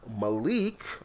Malik